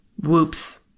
whoops